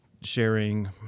sharing